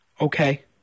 Okay